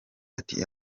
ati